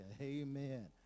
amen